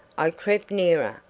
i crept nearer,